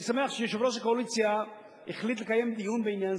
אני שמח שיושב-ראש הקואליציה החליט לקיים דיון בעניין